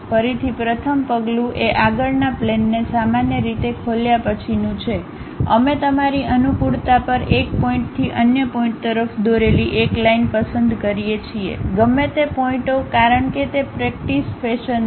ફરીથી પ્રથમ પગલું એ આગળના પ્લેનને સામાન્ય રીતે ખોલ્યા પછીનું છે અમે તમારી અનુકૂળતા પર એક પોઇન્ટથી અન્ય પોઇન્ટ તરફ દોરેલી એક લાઈન પસંદ કરીએ છીએ ગમે તે પોઇન્ટઓ કારણ કે તે પ્રેક્ટિસ ફેશન છે